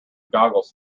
goggles